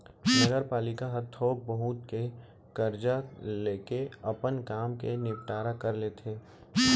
नगरपालिका ह थोक बहुत के करजा लेके अपन काम के निंपटारा कर लेथे